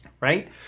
right